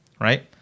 right